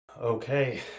Okay